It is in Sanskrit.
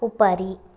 उपरि